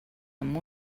amb